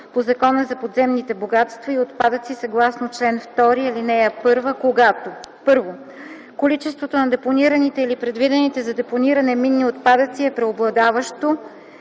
по Закона за подземните богатства и отпадъци съгласно чл. 2, ал. 1, когато: 1. количеството на депонираните или предвидените за депониране минни отпадъци е преобладаващо